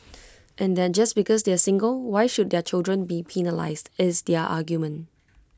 and that just because they are single why should their children be penalised is their argument